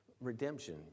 redemption